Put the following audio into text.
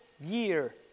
year